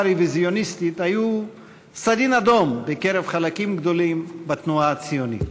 הרוויזיוניסטית סדין אדום בקרב חלקים גדולים בתנועה הציונית.